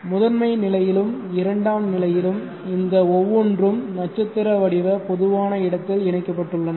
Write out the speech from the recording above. முதன்மை நிலையிலும் இரண்டாம் நிலையிலும் இந்த ஒவ்வொன்றும் நட்சத்திர வடிவ பொதுவான இடத்தில் இணைக்கப்பட்டுள்ளன